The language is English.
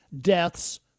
deaths